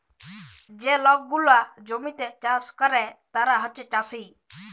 যে লক গুলা জমিতে চাষ ক্যরে তারা হছে চাষী